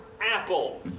apple